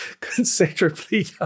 considerably